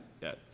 Yes